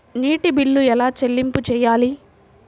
నీటి బిల్లు ఎలా చెల్లింపు చేయాలి?